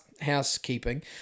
housekeeping